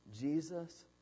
Jesus